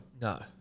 no